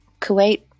Kuwait